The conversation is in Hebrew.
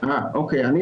חלקם.